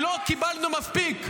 כי לא קיבלנו מספיק,